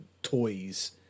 Toys